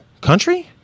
country